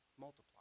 multiply